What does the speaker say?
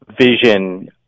vision